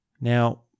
Now